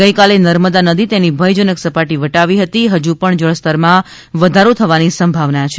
ગઇકાલે નર્મદા નદી તેની ભયજનક સપાટી વટાવી હતી હજુ પણ જળસ્તરમાં વધારો થવાની સંભાવના છે